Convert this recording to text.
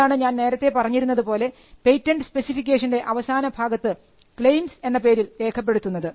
ഇതാണ് ഞാൻ നേരത്തെ പറഞ്ഞിരുന്നതുപോലെ പെറ്റന്റ് സ്പെസിഫിക്കേഷൻറെ അവസാനഭാഗത്ത് ക്ലെയിംസ് എന്ന പേരിൽ രേഖപ്പെടുത്തപ്പെടുന്നത്